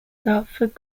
dartford